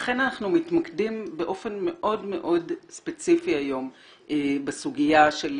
לכן אנחנו מתמקדים באופן מאוד ספציפי היום בסוגיה של